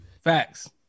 Facts